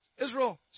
Israel